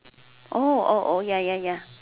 oh oh oh ya ya ya